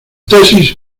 tesis